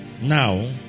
now